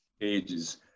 ages